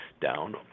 down